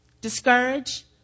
discourage